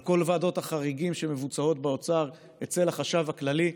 על כל ועדות החריגים שמבוצעות באוצר אצל החשב הכללי,